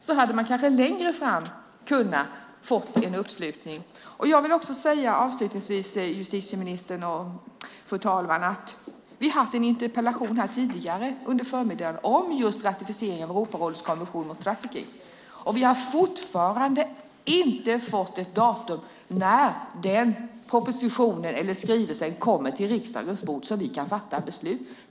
Då hade man kanske längre fram kunnat få en uppslutning. Jag vill avslutningsvis säga, justitieministern och fru talman, att vi hade en interpellationsdebatt tidigare under förmiddagen om just ratificeringen av Europarådets konvention mot trafficking. Vi har fortfarande inte fått ett datum för när den propositionen eller skrivelsen kommer till riksdagens bord, så att vi kan fatta beslut.